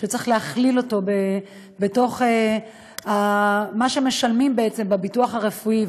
שצריך להכליל אותו בתוך מה שמשלמים בעצם בביטוח הרפואי,